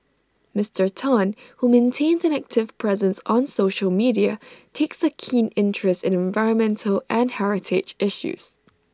Mister Tan who maintains an active presence on social media takes A keen interest in environmental and heritage issues